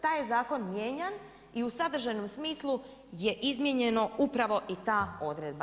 Taj je zakon mijenjan i u sadržajnom smislu je izmijenjeno upravo i ta odredba.